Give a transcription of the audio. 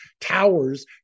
towers